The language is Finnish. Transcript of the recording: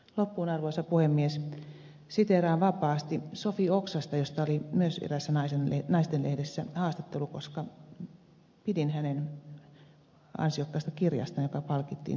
loppuun arvoisa puhemies siteeraan vapaasti sofi oksasta josta oli myös eräässä naistenlehdessä haastattelu koska pidin hänen ansiokkaasta kirjastaan joka palkittiin hiljattain